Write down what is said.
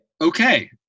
Okay